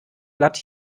blatt